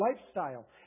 lifestyle